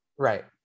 Right